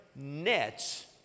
nets